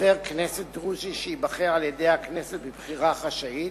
חבר כנסת דרוזי שייבחר על-ידי הכנסת בבחירה חשאית,